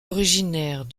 originaire